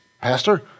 pastor